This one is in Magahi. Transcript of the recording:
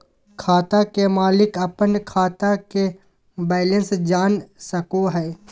खाता के मालिक अपन खाता के बैलेंस जान सको हय